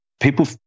People